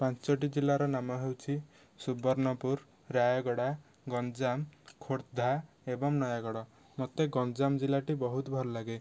ପାଞ୍ଚଟି ଜିଲ୍ଲାର ନାମ ହଉଛି ସୁବର୍ଣ୍ଣପୁର ରାୟଗଡ଼ା ଗଞ୍ଜାମ ଖୋର୍ଦ୍ଧା ଏବଂ ନୟାଗଡ଼ ମୋତେ ଗଞ୍ଜାମ ଜିଲ୍ଲାଟି ବହୁତ ଭଲ ଲାଗେ